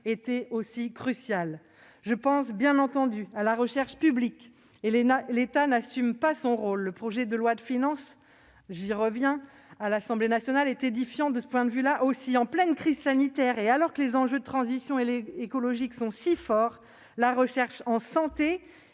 été aussi crucial. Je pense bien entendu à la recherche publique, pour laquelle l'État n'assume pas son rôle. Le projet de loi de finances en discussion à l'Assemblée nationale est édifiant de ce point de vue. En pleine crise sanitaire, alors même que les enjeux de transition écologique sont si forts, la recherche en santé